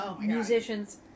musicians